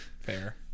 fair